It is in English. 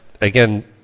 again